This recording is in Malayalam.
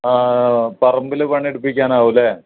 പറമ്പിൽ പണി എടുപ്പിക്കാനാവും അല്ലെ